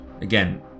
Again